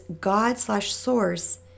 God-slash-source